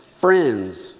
friends